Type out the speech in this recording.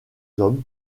hommes